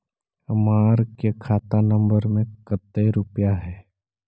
हमार के खाता नंबर में कते रूपैया है?